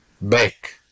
back